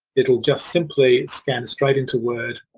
it will just simply scan straight into word,